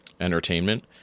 entertainment